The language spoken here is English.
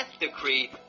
decree